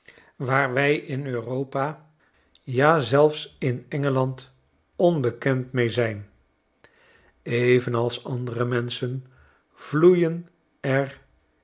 waar wy in eur op a ja zelfs in engeland onbekend mee zijn evenals andere menschen vloeien er